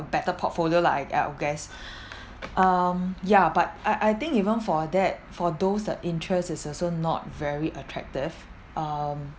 better portfolio lah I I'll guess um yeah but I I think even for that for those the interest is also not very attractive um